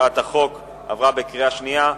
החוק עברה בקריאה שנייה.